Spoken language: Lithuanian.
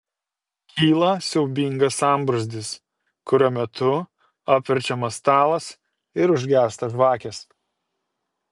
kyla siaubingas sambrūzdis kurio metu apverčiamas stalas ir užgęsta žvakės